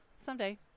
someday